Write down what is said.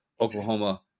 Oklahoma